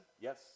Yes